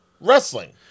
wrestling